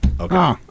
Okay